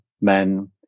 men